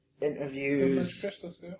interviews